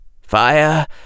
Fire